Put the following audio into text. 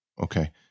Okay